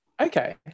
Okay